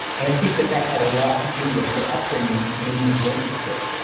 and i think that that had a lot to do with her upbringing in the boarding school.